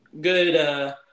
good –